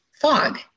fog